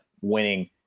winning